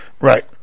right